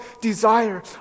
desire